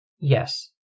Yes